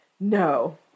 No